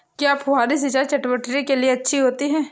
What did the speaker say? क्या फुहारी सिंचाई चटवटरी के लिए अच्छी होती है?